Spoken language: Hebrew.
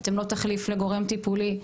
אתם לא תחליף לגורם טיפולי.